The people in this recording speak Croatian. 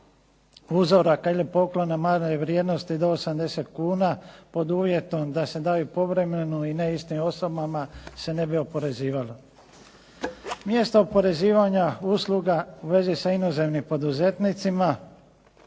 uzoraka ili poklona manje vrijednosti do 80 kuna pod uvjetom da se daju povremeno i ne istim osobama se ne bi oporezivalo. Mjesto oporezivanja usluga u vezi sa inozemnim poduzetnicima